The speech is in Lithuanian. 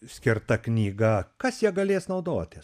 skirta knyga kas ja galės naudotis